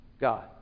God